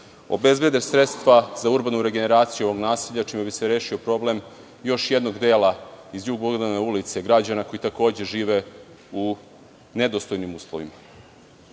obezbede sredstva za urbanu regeneraciju ovog naselja, čime bi se rešio problem još jednog dela iz Jug Bogdanove ulice, građana koji takođe žive u nedostojnim uslovima. Pokrenute